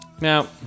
now